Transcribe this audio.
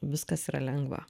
viskas yra lengva